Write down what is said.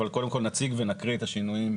אבל קודם כול נציג ונקרא את השינויים.